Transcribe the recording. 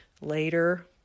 later